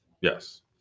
Yes